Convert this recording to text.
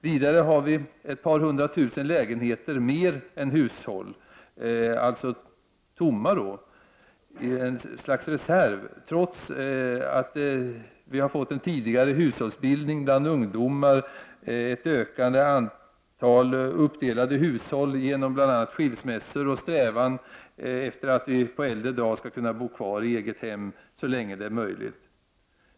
Vidare har vi ett par hundra tusen lägenheter som står tomma som ett slags reserv, detta trots tidigare hushållsbildning bland ungdomar, ett ökat antal uppdelade hushåll på grund av bl.a. skilsmässor och människors strävan att på äldre dagar kunna bo kvar i eget hem så länge det är möjligt.